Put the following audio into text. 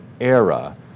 era